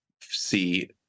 see